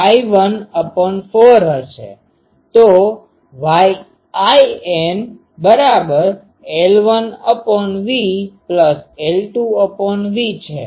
તો YinL1VL2VYin l1 ભાગ્યા V વત્તા I2 ભાગ્યા Vની બરાબર છે